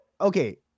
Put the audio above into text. Okay